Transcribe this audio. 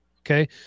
Okay